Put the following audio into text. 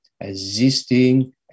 existing